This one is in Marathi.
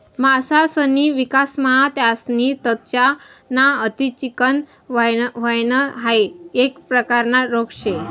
मासासनी विकासमा त्यासनी त्वचा ना अति चिकनं व्हयन हाइ एक प्रकारना रोग शे